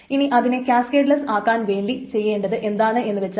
ഇനി അതിനെ കാസ്കേഡ്ലെസ്സ് ആക്കാൻ വേണ്ടി ചെയ്യേണ്ടത് എന്താണെന്നു വച്ചാൽ